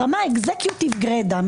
ברמה האקזקוטיבית גרידא,